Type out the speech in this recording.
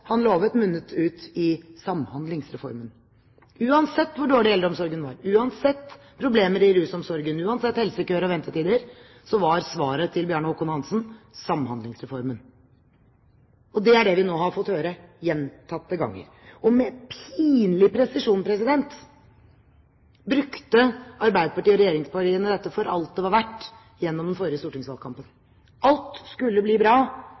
han lovet, munnet ut i Samhandlingsreformen. Uansett hvor dårlig eldreomsorgen var, uansett problemer i rusomsorgen, uansett helsekøer og ventetider var svaret til Bjarne Håkon Hanssen Samhandlingsreformen. Det er det vi nå har fått høre gjentatte ganger. Og med pinlig presisjon brukte Arbeiderpartiet og regjeringspartiene dette for alt det var verdt, gjennom den forrige stortingsvalgkampen. Alt skulle bli bra